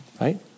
right